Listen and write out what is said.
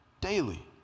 daily